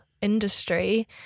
industry